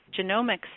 genomics